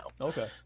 Okay